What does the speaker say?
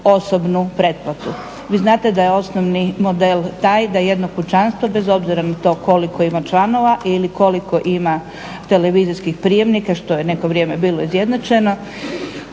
osobnu pretplatu. Vi znate da je osnovni model taj da jedno kućanstvo bez obzira na to koliko ima članova ili koliko ima televizijskih prijemnika što je neko vrijeme bilo izjednačeno